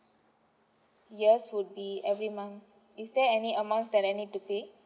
yes would be every month is there any amount that I need to pay